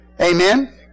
Amen